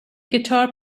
guitar